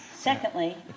Secondly